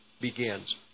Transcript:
begins